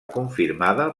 confirmada